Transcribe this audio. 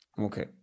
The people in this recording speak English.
Okay